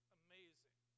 amazing